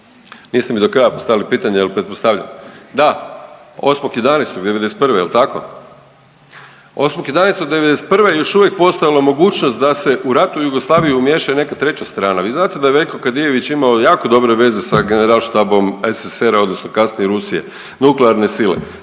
Niste mi do kraja postavili pitanje, al pretpostavljam, da, 8.11.'91. jel tako? 8.11.'91. je još uvijek postojala mogućnost da se u rat u Jugoslaviji umiješa i neka treća strana. Vi znate da je Veljko Kadijević imao jako dobre veze sa generalštabom SSSR-a odnosno kasnije Rusije, nuklearne sile.